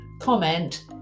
comment